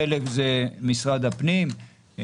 חלק זה משרד הפנים.